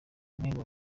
bamwe